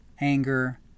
anger